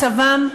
מצבם חמור,